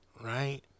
right